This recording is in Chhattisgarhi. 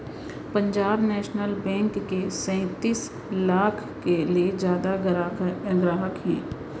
पंजाब नेसनल बेंक के सैतीस लाख ले जादा गराहक हे